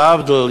להבדיל,